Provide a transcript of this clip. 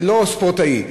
לא ספורטאי.